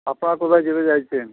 আপনারা কোথায় যেতে চাইছেন